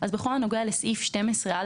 בכל הנוגע לסעיף 12א,